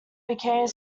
became